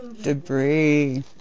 debris